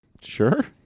Sure